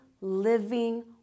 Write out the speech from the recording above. living